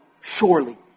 Surely